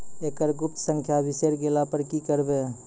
एकरऽ गुप्त संख्या बिसैर गेला पर की करवै?